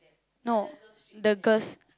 no the girls